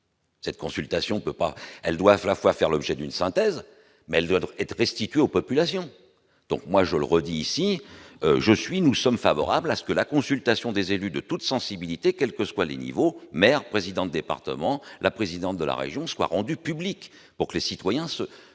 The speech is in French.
peut pas, elles doivent la fois faire l'objet d'une synthèse mais elles doivent être restitués aux populations, donc moi je le redis ici je suis nous sommes favorables à ce que la consultation des élus de toutes sensibilités, quelles que soient les niveaux maire président département la présidente de la région soit rendu pour que les citoyens se